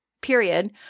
period